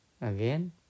Again